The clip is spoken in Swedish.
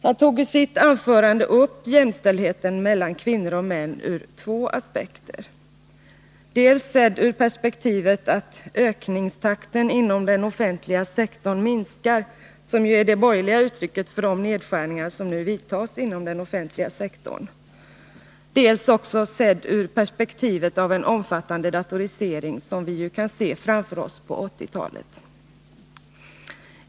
Han tog i sitt anförande upp jämställdheten mellan kvinnor och män ur två aspekter, dels sedd ur perspektivet att ökningstakten inom den offentliga sektorn minskar -— vilket ju är det borgerliga uttrycket för de nedskärningar som nu vidtas inom den offentliga sektorn — dels sedd ur perspektivet av en omfattande datorisering, som vi ju kan se framför oss på 1980-talet.